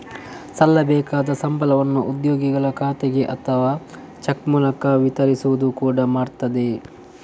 ಸಲ್ಲಬೇಕಾದ ಸಂಬಳವನ್ನ ಉದ್ಯೋಗಿಗಳ ಖಾತೆಗೆ ಅಥವಾ ಚೆಕ್ ಮೂಲಕ ವಿತರಿಸುವುದು ಕೂಡಾ ಮಾಡ್ತದೆ